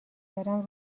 کردم